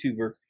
YouTuber